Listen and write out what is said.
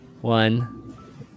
one